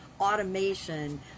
automation